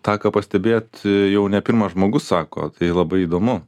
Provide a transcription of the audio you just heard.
tą ką pastebėjot jau ne pirmas žmogus sako tai labai įdomu